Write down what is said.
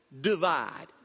divide